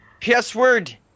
Password